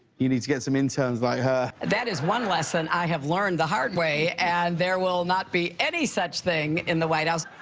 you need to get some interns like her. that is one lesson i have learned the hardway and there will not be any such thing in the white house.